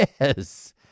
Yes